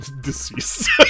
deceased